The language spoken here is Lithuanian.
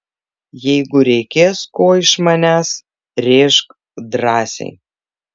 jeigu reikės ko iš manęs rėžk drąsiai